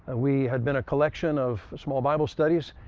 ah we had been a collection of small bible studies,